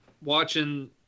watching